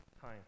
time